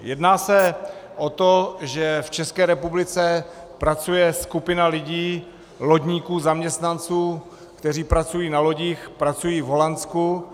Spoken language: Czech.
Jedná se o to, že v České republice pracuje skupina lidí, lodníků, zaměstnanců, kteří pracují na lodích, pracují v Holandsku.